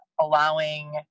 allowing